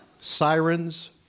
sirens